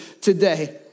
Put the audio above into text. today